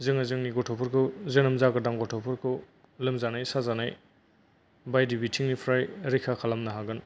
जोङो जोंनि गथ'फोरखौ जोनोम जागोदान गथ'फोरखौ लोमजानाय साजानाय बायदि बिथिंनिफ्राय रैखा खालामनो हागोन